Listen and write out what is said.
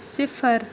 صِفر